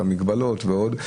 המגבלות ועוד.